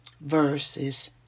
verses